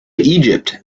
egypt